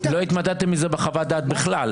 לא התמודדתם עם זה בחוות-דעת בכלל.